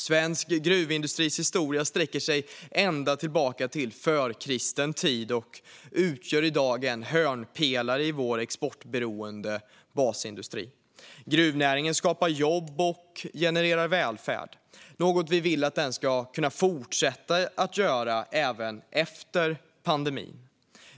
Svensk gruvindustris historia sträcker sig ända till förkristen tid, och gruvindustrin utgör i dag en hörnpelare i vår exportberoende basindustri. Gruvnäringen skapar jobb och genererar välfärd, något vi vill att den ska fortsätta att göra även efter pandemin.